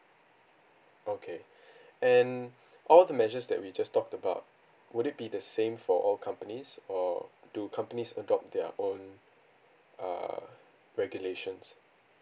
okay and all the measures that we just talked about would it be the same for all companies or do companies adopt their own err regulations